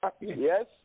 Yes